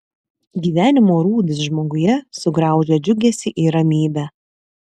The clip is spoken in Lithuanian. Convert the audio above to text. gyvenimo rūdys žmoguje sugraužia džiugesį ir ramybę